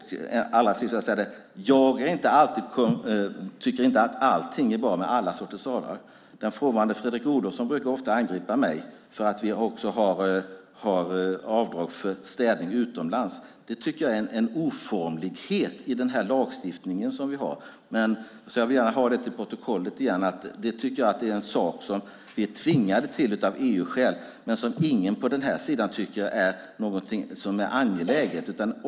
Jag tycker inte att allting är bra med alla sorters avdrag. Den frånvarande Fredrik Olovsson brukar ofta angripa mig för att vi har avdrag för städning utomlands. Det tycker jag är en oformlighet i den lagstiftning som vi har. Jag vill gärna få fört till protokollet att det är en sak som vi är tvingade till av EU-skäl, men som ingen på allianssidan tycker är angeläget.